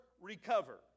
recover